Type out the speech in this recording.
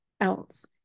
else